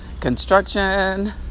construction